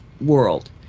world